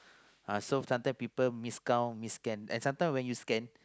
uh so sometime people miscount miss scan and sometime when you scan